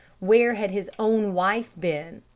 where had his own wife been?